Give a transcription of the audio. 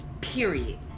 Period